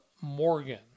Morgan